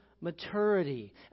maturity